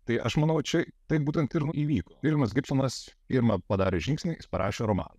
tai aš manau čia taip būtent ir įvyko pirmas gibsonas pirma padarė žingsnį jis parašė romaną